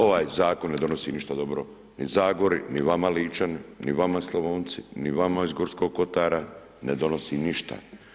Ovaj Zakon ne donosi ništa dobro ni Zagori, ni vama Ličani, ni vama Slavonci, ni vama iz Gorskog kotara, ne donosi ništa.